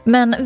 Men